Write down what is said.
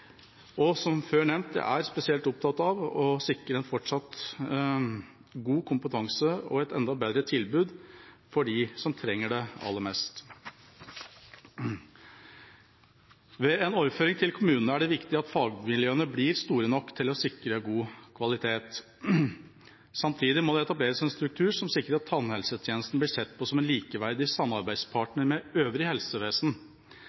Og som før nevnt: Jeg er spesielt opptatt av å sikre en fortsatt god kompetanse og et enda bedre tilbud for dem som trenger det aller mest. Ved en overføring til kommunene er det viktig at fagmiljøene blir store nok til å sikre god kvalitet. Samtidig må det etableres en struktur som sikrer at tannhelsetjenesten blir sett på som en likeverdig samarbeidspartner med øvrig helsevesen,